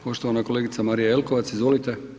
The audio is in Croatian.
Poštovana kolegica Marija Jelkovac, izvolite.